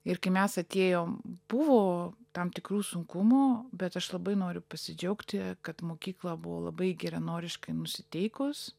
ir kai mes atėjom buvo tam tikrų sunkumų bet aš labai noriu pasidžiaugti kad mokykla buvo labai geranoriškai nusiteikus